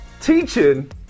teaching